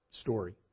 story